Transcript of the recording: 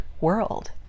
world